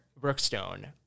Brookstone